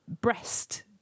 breast